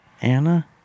Anna